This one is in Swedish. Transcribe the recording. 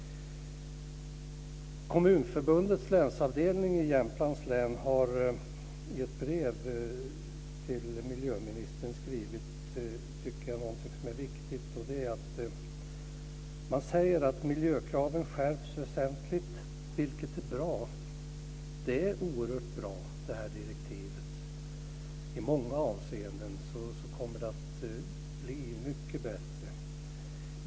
Kommunförbundets länsavdelning i Jämtlands län har i ett brev till miljöministern skrivit något som jag tycker är viktigt. Man säger att miljökraven skärps väsentligt, vilket är bra - ja, det här direktivet är oerhört bra; i många avseenden kommer det att bli mycket bättre.